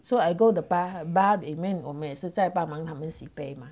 so I go the bar bar 里面我也是在帮忙他们洗杯吗